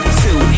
two